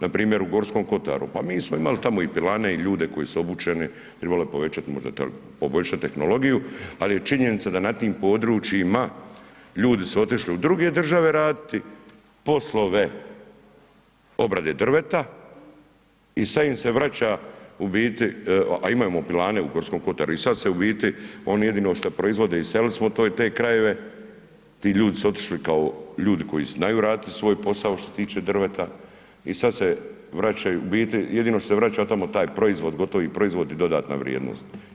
Npr. u G. kotaru, pa mi smo imali tamo i pilane i ljude koji su obučeni, trebalo bi možda poboljšati tehnologiju ali je činjenica da na tim područjima ljudi su otišli u druge države raditi poslove obrade drveta i sad im se vraća u biti, a imamo pilane u G. kotaru, i sad se u biti oni jedino šta proizvode iselili smo te krajeve, ti ljudi su otišli kao ljudi koji znaju raditi svoj posao što se tiče drveta i sad se vraćaju, u biti jedino se vraća tamo taj proizvod, gotovi proizvod i dodatna vrijednost.